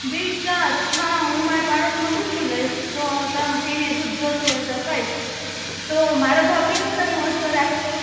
બે ચાર હા હું મારા પાડોશમાં પૂછી લઈશ જો તમે એને દૂધ જોઈતું હોય તો કહીશ તો મારો ભાવ કેટલો તમે ઓછો રાખશો